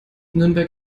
nürnberg